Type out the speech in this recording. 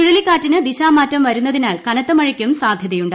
ചുഴലിക്കാറ്റിന് ദിശമാറ്റം വരുന്നതിനാൽ കനത്ത മഴയ്ക്കും സാധ്യതയുണ്ട്